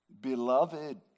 Beloved